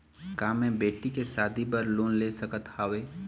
का मैं बेटी के शादी बर लोन ले सकत हावे?